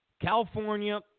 California